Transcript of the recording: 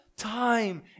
time